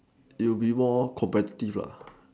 it will be more competitive lah